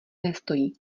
nestojí